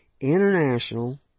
international